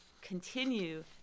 continue